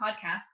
podcasts